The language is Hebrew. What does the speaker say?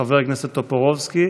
חבר הכנסת טופורובסקי.